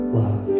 love